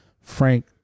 Frank